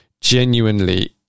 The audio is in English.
genuinely